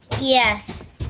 Yes